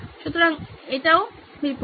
সুতরাং এটিও বিপরীত